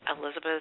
Elizabeth